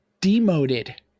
demoted